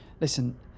Listen